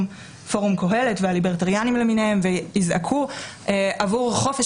פורום קהלת והליברטריאנים למיניהם ויזעקו עבור חופש